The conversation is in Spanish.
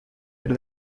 era